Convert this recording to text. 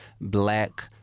black—